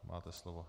Máte slovo.